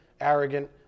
arrogant